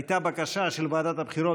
הייתה בקשה של ועדת הבחירות,